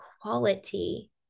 quality